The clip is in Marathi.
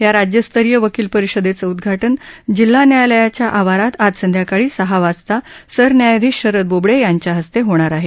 या राज्यस्तरीय वकील परिषदेच उदघाटन जिल्हा न्यायालयाच्या आवारात आज संध्याकाळी सहा वाजता सरन्यायाधीश शरद बोबडे यांच्या हस्ते होणार आहे